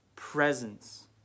presence